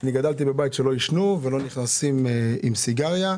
אני גדלתי בבית שלא עישנו בו ולא נכנסו אליו עם סיגריה.